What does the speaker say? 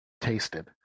tasted